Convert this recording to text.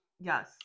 Yes